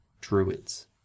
Druids